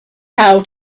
how